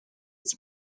its